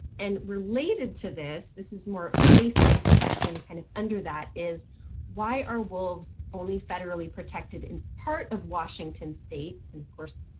and related to this, this is more place based question kind of under that is why are wolves only federally protected in part of washington state and of course,